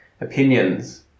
opinions